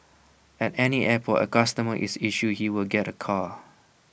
at any airport A customer is assured he will get A car